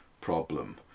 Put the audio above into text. problem